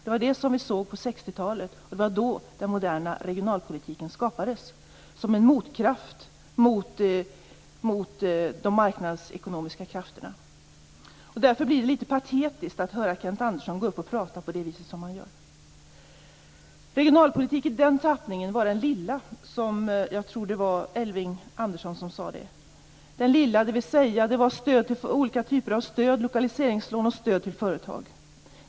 Det var detta vi såg på 60-talet och det var då den moderna regionalpolitiken skapades som en motkraft mot de marknadsekonomiska krafterna. Därför blir det litet patetiskt att höra Kent Olsson prata på det viset som han gör. Elving Andersson sade att regionalpolitik i den tappningen var den lilla regionalpolitiken, dvs. den innebar olika typer av lokaliseringslån och stöd till företag.